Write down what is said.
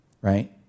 right